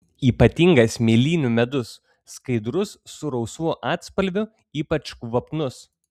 ypatingas mėlynių medus skaidrus su rausvu atspalviu ypač kvapnus